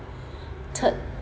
third